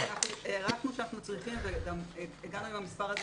הערכנו שאנחנו צריכים ועם המספר הזה